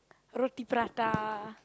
roti prata